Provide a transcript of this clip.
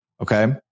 Okay